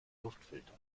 luftfilter